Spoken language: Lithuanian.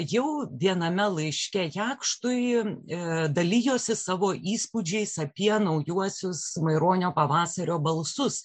jau viename laiške jakštui dalijosi savo įspūdžiais apie naujuosius maironio pavasario balsus